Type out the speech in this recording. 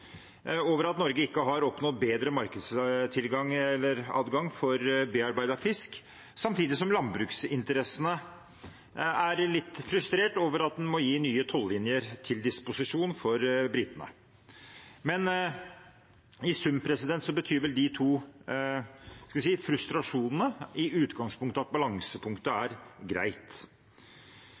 over at Norge ikke har oppnådd bedre markedsadgang for bearbeidet fisk, samtidig som landbruksinteressene er litt frustrert over at en må stille nye tollinjer til disposisjon for britene. I sum betyr vel de to – skal vi si – frustrasjonene i utgangspunktet at balansepunktet er greit,